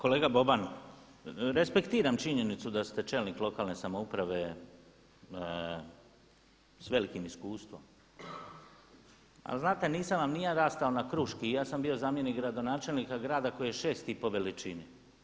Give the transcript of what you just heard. Kolega Boban, respektiram činjenicu da ste čelnik lokalne samouprave s velikim iskustvom, ali znate nisam vam ni ja rastao na kruški, i ja sam bio zamjenik gradonačelnik grada koji je šesti po veličini.